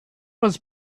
was